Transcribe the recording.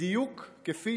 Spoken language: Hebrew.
בדיוק כפי